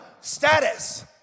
status